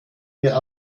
mir